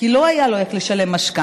כי לא היה לו איך לשלם משכנתה,